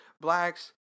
blacks